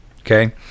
Okay